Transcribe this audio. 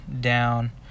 down